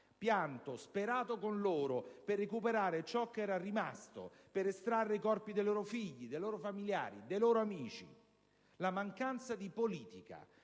pianto e sperato con loro per recuperare ciò che era rimasto, per estrarre i corpi dei loro figli, familiari, amici. La mancanza di politica,